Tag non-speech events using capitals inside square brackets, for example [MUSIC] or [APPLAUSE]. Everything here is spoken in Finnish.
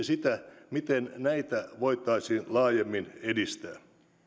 [UNINTELLIGIBLE] sitä miten näitä voitaisiin laajemmin edistää